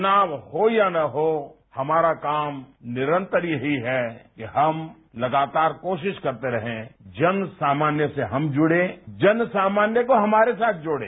चुनाव हो या न हो हमारा काम निरंतर यही है कि हम लगातार कोशिश करते रहे जन सामान्य से हम जुड़े जन सामान्य को हमारे साथ जोड़े